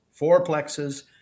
fourplexes